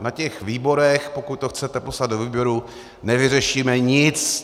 Na těch výborech, pokud to chcete poslat do výboru, nevyřešíme nic.